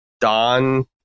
Don